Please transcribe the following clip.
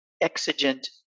exigent